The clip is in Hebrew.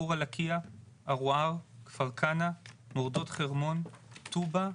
חורה-לקיה, ערוער, כפר כנא, מורדות חרמון, טובא,